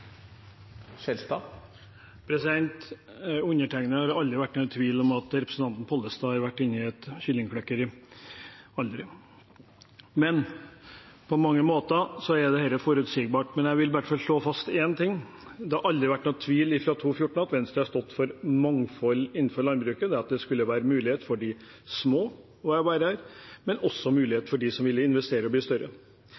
Skjelstad har hatt ordet to ganger tidligere og får ordet til en kort merknad, begrenset til 1 minutt. Undertegnede har aldri vært i tvil om at representanten Pollestad har vært inne i et kyllingklekkeri – aldri. På mange måter er dette forutsigbart, men jeg vil i hvert fall slå fast én ting: Det har fra 2014 aldri vært noen tvil om at Venstre har stått for et mangfold innenfor landbruket, at det skal være mulighet for de små